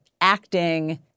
acting